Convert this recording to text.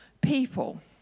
people